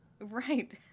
Right